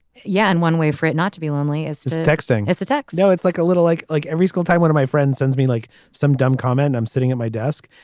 yeah. and one way for it not to be lonely is texting as the tax no it's like a little like like every single time one of my friends sends me like some dumb comment i'm sitting at my desk.